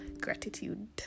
gratitude